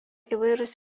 įvairūs